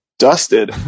Dusted